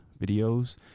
videos